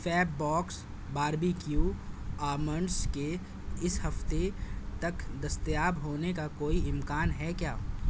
Feb box barbecue almonds کے اس ہفتے تک دستیاب ہونے کا کوئی امکان ہے کیا